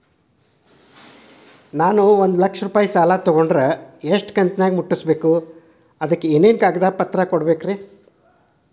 ನಾನು ಒಂದು ಲಕ್ಷ ರೂಪಾಯಿ ಸಾಲಾ ತೊಗಂಡರ ಎಷ್ಟ ಕಂತಿನ್ಯಾಗ ಮುಟ್ಟಸ್ಬೇಕ್, ಅದಕ್ ಏನೇನ್ ಕಾಗದ ಪತ್ರ ಕೊಡಬೇಕ್ರಿ?